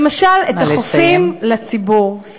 למשל, את החופים לציבור.